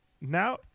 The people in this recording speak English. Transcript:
now